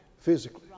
physically